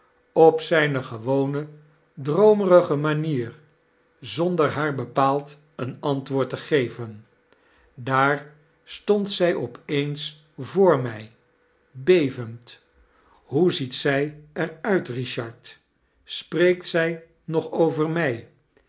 op zijn gewone droomerige manier zonder haar bepaald een antwoord te geven daai stond zij op eens voor mij bevend hoe ziet zij er uit richard spreekt zij nog over mij